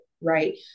Right